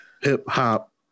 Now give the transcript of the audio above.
hip-hop